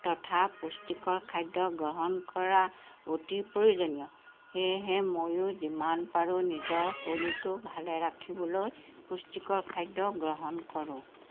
তথা পুষ্টিকৰ খাদ্য গ্ৰহণ কৰা অতি প্ৰয়োজনীয় সেয়েহে ময়ো যিমান পাৰোঁ নিজৰ শৰীৰটো ভালে ৰাখিবলৈ পুষ্টিকৰ খাদ্য গ্ৰহণ কৰোঁ